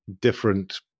different